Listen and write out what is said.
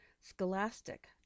Scholastic